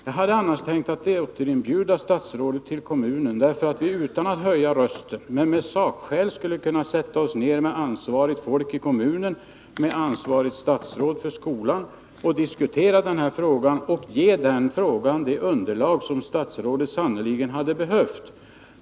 Jag hade annars tänkt att återinbjuda statsrådet till kommunen, för vi «skulle, utan att höja rösten men med sakskäl, kunna sätta oss ner tillsammans med ansvarigt folk i kommunen och det för skolan ansvariga statsrådet för att diskutera frågan samt ge det underlag som statsrådet sannerligen hade behövt.